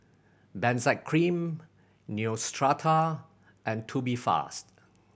Benzac Cream Neostrata and Tubifast